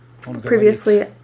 previously